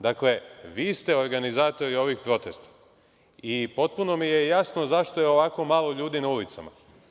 Dakle, vi ste organizatori ovih protesta i potpuno mi je jasno zašto je ovako malo ljudi na ulicama.